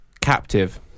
captive